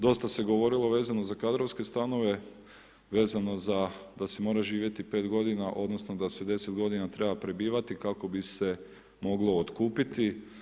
Dosta se govorilo vezano za kadrovske stanove, vezano za da se mora živjeti 5 godina, odnosno da se 10 godina treba prebivati kako bi se moglo otkupiti.